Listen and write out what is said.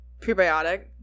prebiotic